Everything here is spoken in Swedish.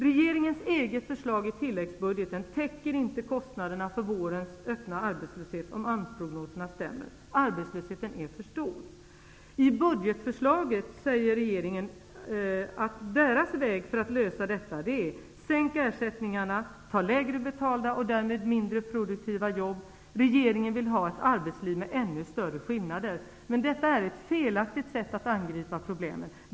Regeringens eget förslag i tilläggsbudgeten täcker inte kostnaderna för vårens öppna arbetslöshet om AMS-prognoserna stämmer. Arbetslösheten är för stor. I budgetförslaget säger regeringen att vägen för att lösa detta är att man skall sänka ersättningarna. Ta lägre betalda och därmed mindre produktiva jobb. Regeringen vill ha ett arbetsliv med ännu större skillnader. Men detta är ett felaktigt sätt att angripa problemen.